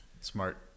Smart